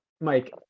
Mike